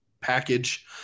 Package